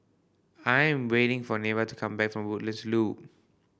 I am waiting for Neva to come back from Woodlands Loop